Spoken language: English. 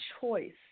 choice